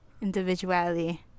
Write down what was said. individuality